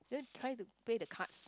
then try to play the cards